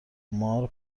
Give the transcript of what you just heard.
مار